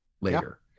later